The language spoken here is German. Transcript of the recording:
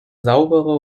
saubere